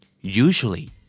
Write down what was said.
Usually